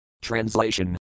Translation